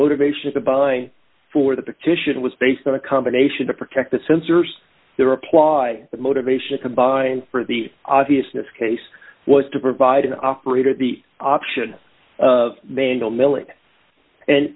motivation of the buying for the petition was based on a combination to protect the sensors the reply the motivation combined for the obviousness case was to provide an operator the option of man